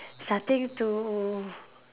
starting to